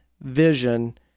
vision